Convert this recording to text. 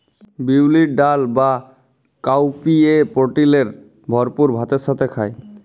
বিউলির ডাল বা কাউপিএ প্রটিলের ভরপুর ভাতের সাথে খায়